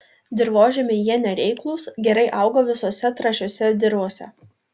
dirvožemiui jie nereiklūs gerai auga visose trąšiose dirvose